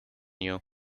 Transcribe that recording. you